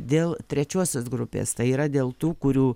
dėl trečiosios grupės tai yra dėl tų kurių